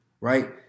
right